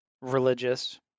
religious